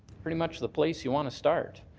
pretty much the place you want to start.